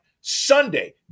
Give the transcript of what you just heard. Sunday